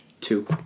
Two